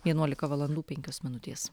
vienuolika valandų penkios minutės